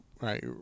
right